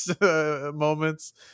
moments